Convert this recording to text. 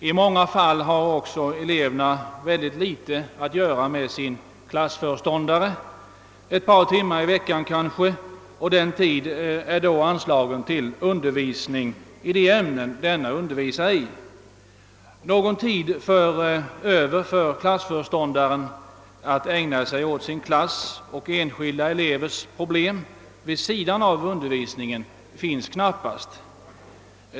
I många fall har eleverna också mycket litet att göra med sin klassföreståndare — bara ett par timmar per vecka kanske, och denna tid är då anslagen till undervisning i de ämnen denne undervisar i. Någon tid över för klassföreståndaren att ägna sig åt sin klass och åt enskilda elevers problem vid sidan av undervisningen finns i allt för liten utsträckning.